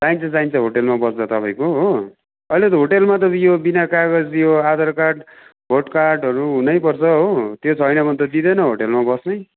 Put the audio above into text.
चाहिन्छ चाहिन्छ होटेलमा बस्दा तपाईँको हो अहिले त होटेलमा त यो बिना कागज यो आधार कार्ड भोट कार्डहरू हुनैपर्छ हो त्यो छैन भने त दिँदैन होटेलमा बस्नै